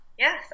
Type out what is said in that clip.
Yes